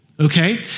Okay